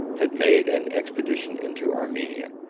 had made an expedition into armenia,